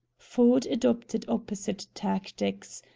ford adopted opposite tactics.